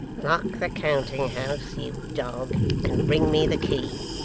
lock the counting-house, you dog, and bring me the key